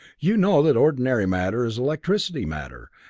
you know that ordinary matter is electricity matter,